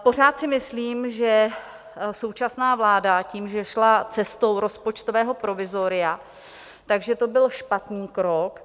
Pořád si myslím, že současná vláda tím, že šla cestou rozpočtového provizoria, tak že to byl špatný krok.